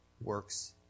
works